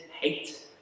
hate